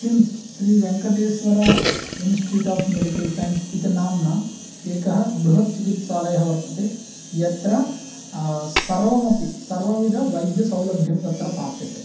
swims Shri Venkateswara institute of medical science इति नाम्ना एकः बृहत् चिकित्सालयः वर्तते यत्र सर्वमपि सर्वविध वैद्य सौलभ्यं तत्र प्राप्यते